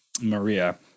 Maria